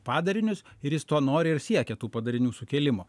padarinius ir jis to nori ir siekia tų padarinių sukėlimo